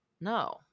No